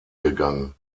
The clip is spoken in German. gegangen